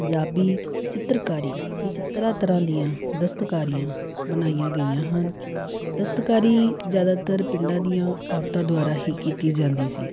ਪੰਜਾਬੀ ਚਿੱਤਰਕਾਰੀ ਵਿਚ ਤਰਾਂ ਤਰ੍ਹਾਂ ਦੀਆਂ ਦਸਤਕਾਰੀਆਂ ਬਣਾਈਆਂ ਗਈਆਂ ਹਨ ਦਸਤਕਾਰੀ ਜ਼ਿਆਦਾਤਰ ਪਿੰਡਾਂ ਦੀਆਂ ਔਰਤਾਂ ਦੁਆਰਾ ਹੀ ਕੀਤੀ ਜਾਂਦੀ ਸੀ